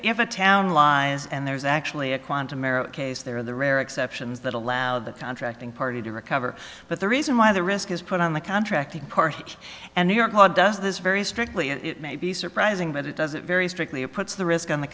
if a town lies and there is actually a quantum error case there the rare exceptions that allow the contracting party to recover but the reason why the risk is put on the contracting part and new york law does this very strictly and it may be surprising but it does it very strictly a puts the risk on the